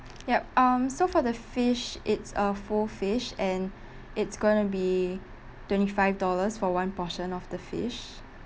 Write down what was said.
yup um so for the fish it's a full fish and it's gonna be twenty five dollars for one portion of the fish